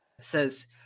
says